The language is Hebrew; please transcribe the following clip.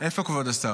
איפה כבוד השר?